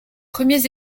premiers